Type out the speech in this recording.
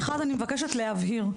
אחד אני מבקשת להבהיר,